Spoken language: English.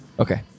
Okay